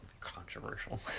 Controversial